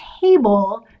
Table